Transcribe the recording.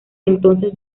entonces